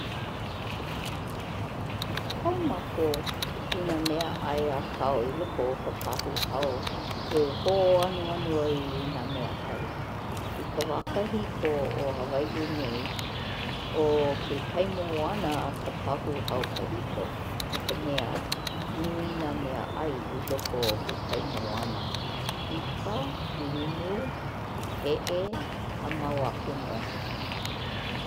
Kau mākou i nā mea 'ai apau i loko o ka pahu hau e hõanuanu ai i nā mea 'ai. I ka wā kahiko o Hawai'i nei, 'o ke kai moana ka pahu hau kahiko no ka mea nui nā mea 'ai i loko o ke kai moana-i'a, limu he'e a mau aku no.